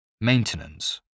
maintenance